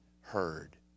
heard